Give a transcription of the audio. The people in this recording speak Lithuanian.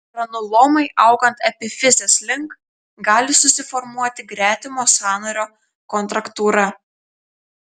granulomai augant epifizės link gali susiformuoti gretimo sąnario kontraktūra